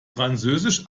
französisch